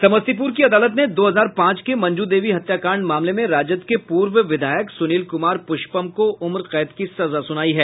समस्तीपूर की अदालत ने दो हजार पांच के मंजू देवी हत्याकांड मामले में राजद के पूर्व विधायक सुनील कुमार पुष्पम को उम्रकैद की सजा सुनायी है